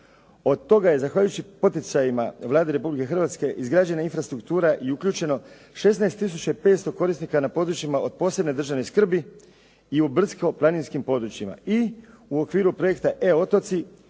Od toga je zahvaljujući poticajima Vlade Republike Hrvatske izgrađena infrastruktura i uključeno 16 tisuća 500 korisnika na područjima od posebne državne skrbi i u brdsko-planinskim područjima. I u okviru projekta E otoci